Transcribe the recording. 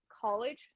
college